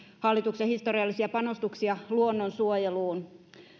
hallituksen historiallisia panostuksia luonnonsuojeluun